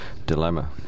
dilemma